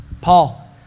Paul